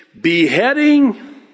beheading